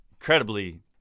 incredibly